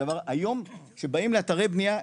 היום שבאים לאתרי בנייה,